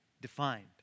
defined